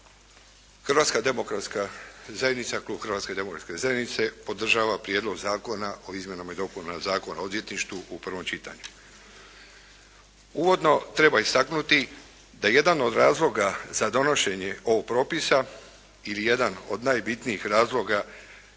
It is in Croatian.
Hrvatske demokratske zajednice podržava Prijedlog zakona o izmjenama i dopunama Zakona o odvjetništvu u prvom čitanju. Uvodno treba istaknuti da jedan od razloga za donošenje ovog propisa ili jedan od najbitnijih razloga